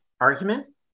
argument